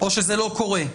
או שזה לא קורה?